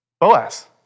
Boaz